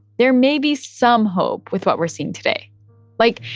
there may be some hope with what we're seeing today like,